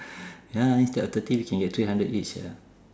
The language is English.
ya instead of thirty we can get three hundred each ya